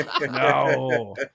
No